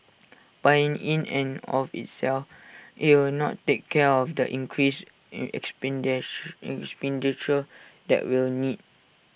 but in in and of itself IT will not take care of the increased expenditure that we'll need